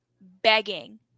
begging